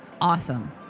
Awesome